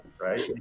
right